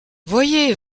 voyez